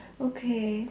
okay